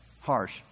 harsh